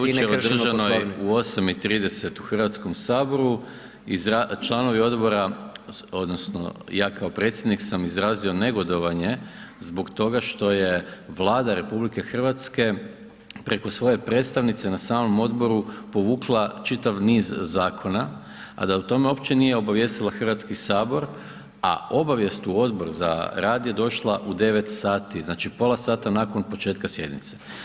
Na sjednici odbora jučer održanoj u 8,30 u Hrvatskom saboru članovi odbora odnosno ja kao predsjednik sam izrazio negodovanje zbog toga što je Vlada RH preko svoje predstavnice na samom odboru povukla čitav niz zakona, a da o tome uopće nije obavijestila Hrvatski sabor, a obavijest u Odbor za rad je došla u 9,00 dati znači pola sata nakon početka sjednice.